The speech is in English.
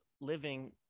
living